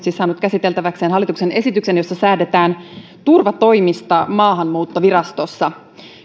siis saanut käsiteltäväkseen hallituksen esityksen jossa säädetään turvatoimista maahanmuuttovirastossa